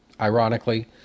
Ironically